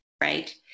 right